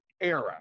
era